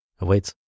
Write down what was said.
awaits